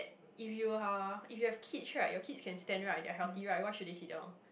if you are if you have kids right your kids can stand right they are healthy right why should they sit down